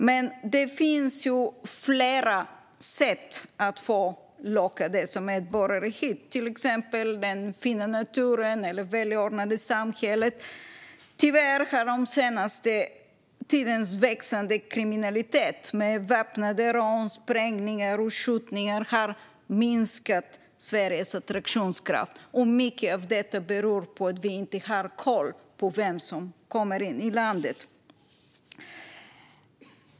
Men det finns flera sätt att locka dessa medborgare hit. Det handlar till exempel om den fina naturen och det välordnade samhället. Tyvärr har den senaste tidens växande kriminalitet med väpnade rån, sprängningar och skjutningar minskat Sveriges attraktionskraft. Mycket av det beror på att vi inte har koll på vem som kommer in i landet.